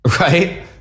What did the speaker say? right